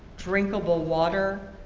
drinkable water,